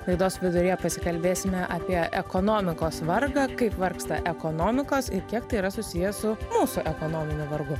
laidos viduryje pasikalbėsime apie ekonomikos vargą kaip vargsta ekonomikos ir kiek tai yra susiję su mūsų ekonominiu vargu